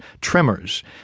tremors